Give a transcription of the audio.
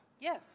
Yes